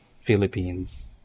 Philippines